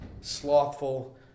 slothful